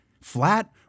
Flat